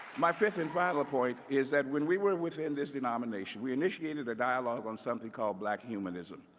my fifth and final point is that when we were within this denomination, we initiated a dialogue on something called black humanism.